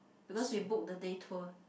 because we book the day tour